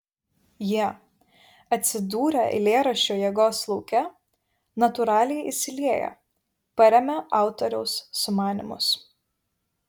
jie atsidūrę eilėraščio jėgos lauke natūraliai įsilieja paremia autoriaus sumanymus